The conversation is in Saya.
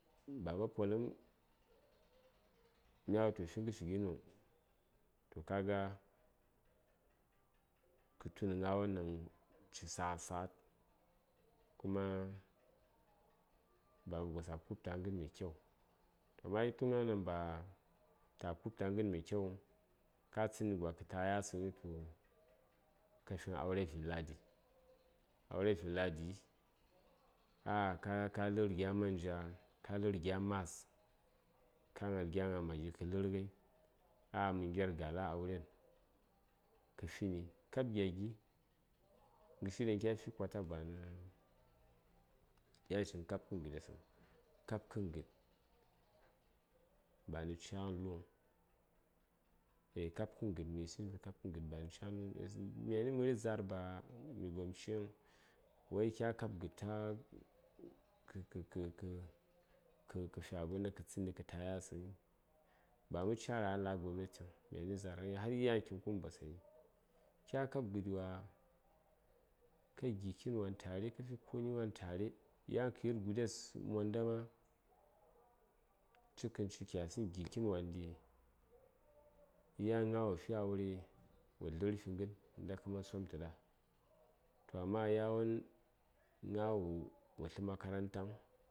baba polum mya wutu mə fi ghəshi gino toh ka ga kə tuni gnawon ɗan ci saghat saghat kuma baba gos a ku:b tə a ghən mai kyau amma kya tu gnawon ɗan ba ta ku:b tə a ghən mai kyauŋ ka tsənni gwa kə ta: yasaŋyi ka finə aure vinladi aure vinladi ah ah ka lər gya manja ka lər gya mas ka gnal gya gna maggi kə lə:r ghai a ah mə nger ga:l a auren kə fini kab gya gi ghəshi ɗaŋ kya fi kwata banə yanci kabkən gəɗesəŋ kabkən gəd banə cagən lu:n eh kab gəd məyisəŋ tu kab gəd banəcaghən lu:ŋ myani məri za:r ba mi gom cikghən tuwai kya kab gəd ta kʒ kə kə kə kə fi abin naŋ kə tsənni kə ta: yasəŋyi ba mə ca: ra: a laghə gobnatiŋ domin za:r har yan kinə kun basayi kya kab ghəɗiwa kə gi: kitn wan tare kəfi koni wan tare yan kəyir gudes monda ma cikənci kya səŋ gi kitn wan ɗi yan gna wo tli aure wo dlər fi ghən unda kəman somtəɗa toh amma yawon gna wo tlə makarantaŋ